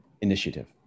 initiative